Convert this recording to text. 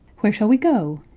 where shall we go?